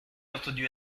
entendu